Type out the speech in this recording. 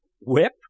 Whip